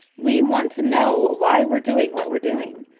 we want to know why we're doing what we're doing.